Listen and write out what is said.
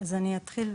אז אני אתחיל.